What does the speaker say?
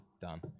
Done